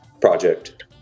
project